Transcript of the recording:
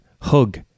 Hug